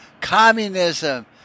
communism